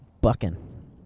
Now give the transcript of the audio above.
Bucking